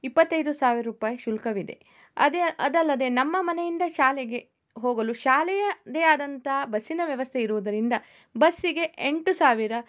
ಇಪ್ಪತ್ತೈದು ಸಾವಿರ ರೂಪಾಯಿ ಶುಲ್ಕವಿದೆ ಅದೇ ಅದಲ್ಲದೇ ನಮ್ಮ ಮನೆಯಿಂದ ಶಾಲೆಗೆ ಹೋಗಲು ಶಾಲೆಯದೇ ಆದಂಥ ಬಸ್ಸಿನ ವ್ಯವಸ್ಥೆ ಇರುವುದರಿಂದ ಬಸ್ಸಿಗೆ ಎಂಟು ಸಾವಿರ